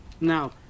Now